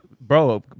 bro